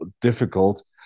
difficult